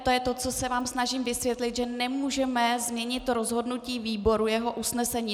To je to, co se vám snažím vysvětlit, že nemůžeme změnit rozhodnutí výboru jeho usnesení.